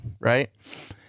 right